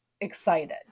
excited